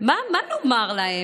מה נאמר להם?